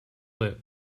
lip